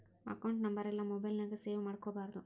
account ನಂಬರೆಲ್ಲಾ mobile ನ್ಯಾಗ save ಮಾಡ್ಕೊಬಾರ್ದು